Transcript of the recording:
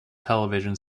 television